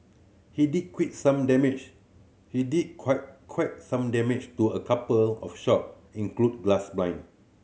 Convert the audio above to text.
he did quit some damage he did quite quite some damage to a couple of shop include glass blind